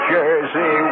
Jersey